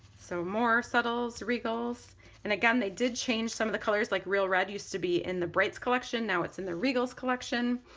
so more subtles, regals and again they did change some of the colors like real red used to be in the brights collection now it's in the regals collection.